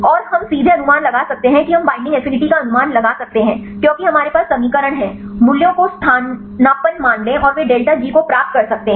और हम सीधे अनुमान लगा सकते हैं कि हम बाइंडिंग एफिनिटी का अनुमान लगा सकते हैं क्योंकि हमारे पास समीकरण हैं मूल्यों को स्थानापन्न मान लें और वे डेल्टा जी को प्राप्त कर सकते हैं